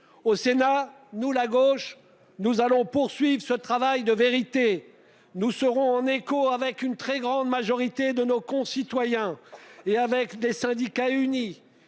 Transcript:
au Sénat. Nous la gauche, nous allons poursuivre ce travail de vérité, nous serons en écho avec une très grande majorité de nos concitoyens et avec des syndicats unis